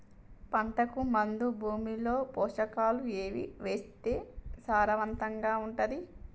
పంటకు ముందు భూమిలో పోషకాలు ఏవి వేస్తే సారవంతంగా ఉంటది?